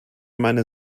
meine